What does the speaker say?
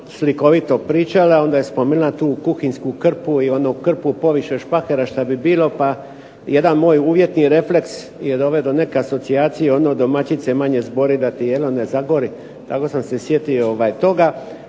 slikovito pričala onda je spomenula tu kuhinjsku krpu i onu krpu poviše špatera što bi bilo pa jedan moj uvjetni refleks je …/Govornik se ne razumije./… do neke asocijacije "domaćice manje zbori da ti jelo ne zagori". Tako sam se sjetio toga.